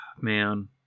Man